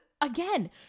again